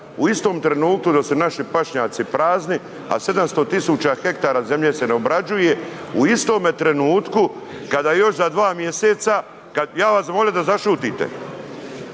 u istom trenutku dok su naši pašnjaci prazni a 700 tisuća hektara zemlje se ne obrađuje u istome trenutku kada još za 2 mjeseca kad, ja bih vas zamolio da zašutite,